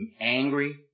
angry